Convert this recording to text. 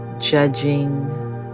judging